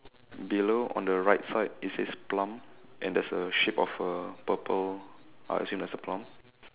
below on the right side it says plum and there's a shape of a purple uh as in there's a plum